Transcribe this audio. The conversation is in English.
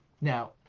Now